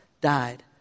died